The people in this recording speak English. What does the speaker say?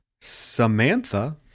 Samantha